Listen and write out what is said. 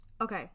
okay